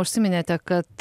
užsiminėte kad